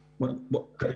רב-שנתית.